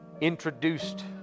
introduced